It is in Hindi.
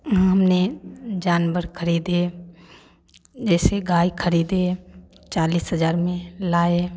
हमने जानवर खरीदे जैसे गाय खरीदी चालीस हज़ार में लाएँ